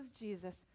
Jesus